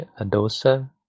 Adosa